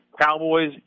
Cowboys